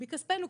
מכספנו,